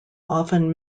often